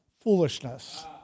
foolishness